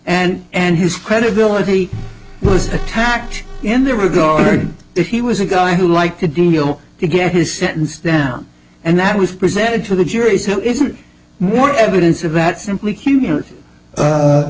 and and his credibility was attacked in that regard if he was a guy who like a deal to get his sentence down and that was presented to the jury so isn't more evidence of that